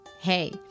Hey